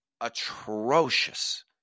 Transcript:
atrocious